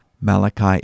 Malachi